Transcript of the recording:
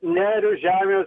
neriu žemės